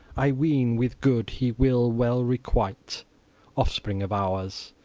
i ween with good he will well requite offspring of ours,